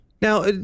Now